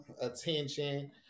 attention